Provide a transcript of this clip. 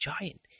giant